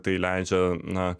tai leidžia na